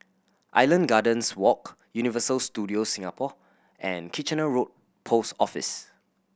Island Gardens Walk Universal Studios Singapore and Kitchener Road Post Office